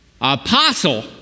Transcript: Apostle